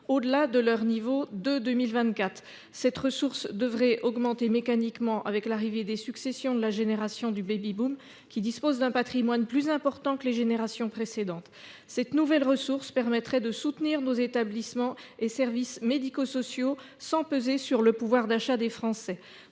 au delà de leur niveau de 2024. Cette ressource devrait augmenter mécaniquement avec l’arrivée des successions de la génération du baby boom, qui dispose d’un patrimoine plus important que les générations précédentes. Cette nouvelle ressource permettrait de soutenir nos établissements et services médico sociaux sans peser sur le pouvoir d’achat des Français.